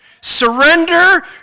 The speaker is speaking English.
Surrender